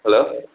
hello